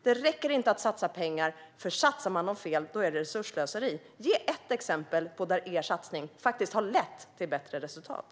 Det räcker inte att satsa pengar, för om man satsar dem fel är det resursslöseri. Ge ett exempel där er satsning faktiskt har lett till bättre resultat!